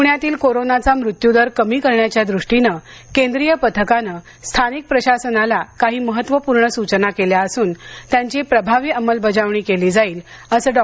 पुण्यातील कोरोनाचा मृत्यूदर कमी करण्याच्या दृष्टीनं केंद्रीय पथकानं स्थानिक प्रशासनाला काही महत्त्वपूर्ण सूचना केल्या असून त्यांची प्रभावी अंमलबजावणी केली जाईल असं डॉ